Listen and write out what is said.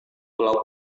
pulau